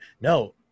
no